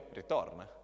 ritorna